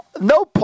No –